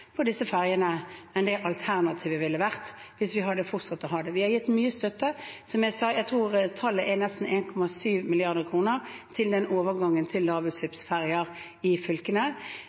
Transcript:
enn det alternativet ville vært hvis vi hadde fortsatt å ha det. Vi har gitt mye støtte, som jeg sa, jeg tror tallet er nesten 1,7 mrd. kr, til overgangen til lavutslippsferjer i fylkene.